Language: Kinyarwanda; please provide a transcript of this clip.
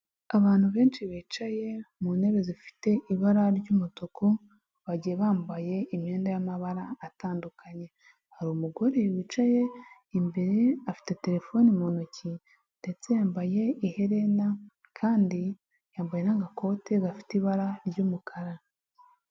Abantu benshi bicaye mu ntebe zifite ibara ry'umutuku, bagiye bambaye imyenda y'amabara atandukanye. Hari umugore wicaye imbere, afite terefone mu ntoki ndetse yambaye iherena kandi yambaye n'agakote gafite ibara ry'umukara.